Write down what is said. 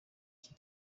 iki